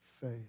faith